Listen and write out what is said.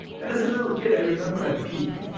and as a little kid, i remember i'd peek.